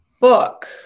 book